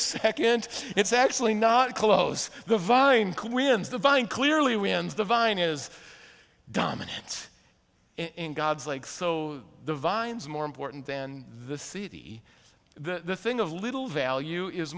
second it's actually not close the vine quins the vine clearly wins the vine is dominant in gods like so the vines more important than the city the thing of little value is